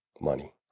money